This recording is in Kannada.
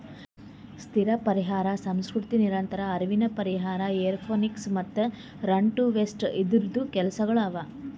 ಸ್ಥಿರ ಪರಿಹಾರ ಸಂಸ್ಕೃತಿ, ನಿರಂತರ ಹರಿವಿನ ಪರಿಹಾರ, ಏರೋಪೋನಿಕ್ಸ್ ಮತ್ತ ರನ್ ಟು ವೇಸ್ಟ್ ಇವು ಇದೂರ್ದು ಕೆಲಸಗೊಳ್ ಅವಾ